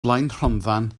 blaenhonddan